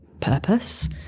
purpose